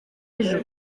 ejo